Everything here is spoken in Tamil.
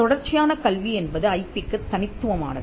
தொடர்ச்சியான கல்வி என்பது ஐபிக்குத் தனித்துவமானது